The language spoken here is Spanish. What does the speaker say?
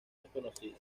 desconocido